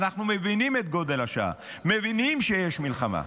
אנחנו מבינים את גודל השעה, מבינים שיש מלחמה,